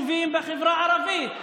שאלת שאלה, תן לי להשלים.